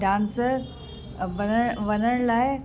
dancer बनण वनण लाइ